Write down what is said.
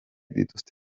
dituzte